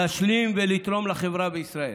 להשלים ולתרום לחברה בישראל,